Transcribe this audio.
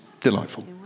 delightful